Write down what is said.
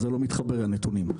זה לא מתחבר לנתונים.